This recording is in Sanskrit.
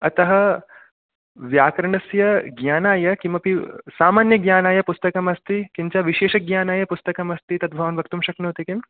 अतः व्याकरणस्य ज्ञानाय किमपि सामान्यज्ञानाय पुस्तकमस्ति किञ्च विशेषज्ञानाय पुस्तकमस्ति तद्भवान् वक्तुं शक्नोति किम्